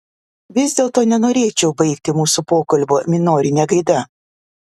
vis dėlto nenorėčiau baigti mūsų pokalbio minorine gaida